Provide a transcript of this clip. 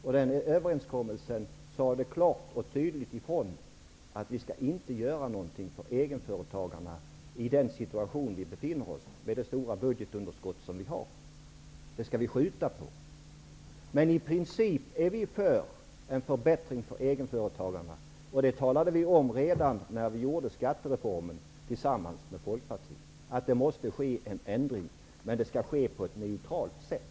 I den överenskommelsen sades det klart och tydligt ifrån att vi skall inte göra något för egenföretagarna i den situation vi befinner oss med det stora budgetunderskottet. Vi skall skjuta på det beslutet. Men vi är i princip för en förbättring för egenföretagarna. Det talade vi om redan när skattereformen genomfördes i samarbete med Folkpartiet. Det måste ske en ändring, men det skall ske på ett neutralt sätt.